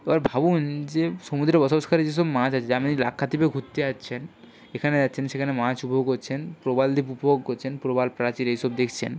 তো এবার ভাবুন যে সমুদ্রে বসবাসকারী যেসব মাছ আছে যে আপনি লাক্ষাদ্বীপে ঘুরতে যাচ্ছেন এখানে যাচ্ছেন সেখানে মাছ উপভোগ করছেন প্রবাল দ্বীপ উপভোগ করছেন প্রবাল প্রাচীর এই সব দেখছেন